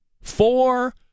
four